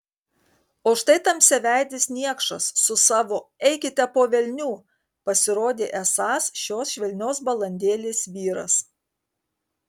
o štai tamsiaveidis niekšas su savo eikite po velnių pasirodė esąs šios švelnios balandėlės vyras